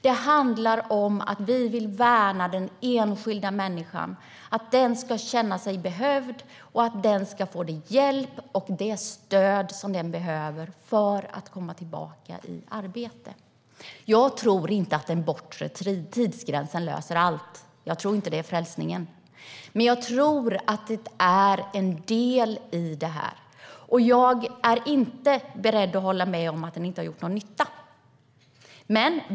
Det handlar om att vi vill värna den enskilda människan, att den ska känna sig behövd och få den hjälp och det stöd den behöver för att komma tillbaka i arbete. Jag tror inte att den bortre tidsgränsen löser allt. Jag tror inte att den är frälsningen. Men jag tror att den är en del i detta, och jag är inte beredd att hålla med om att den inte har gjort någon nytta.